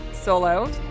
Solo